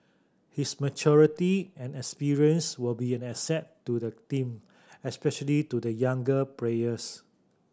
his maturity and experience will be an asset to the team especially to the younger prayers